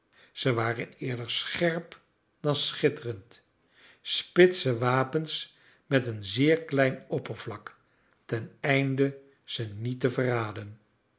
ze waren eerder scherp dan schitterend spitse wapens met een zeer klein oppervlak ten einde ze niet te verraden